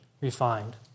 refined